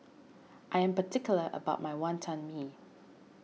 I am particular about my Wonton Mee